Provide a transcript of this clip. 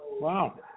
Wow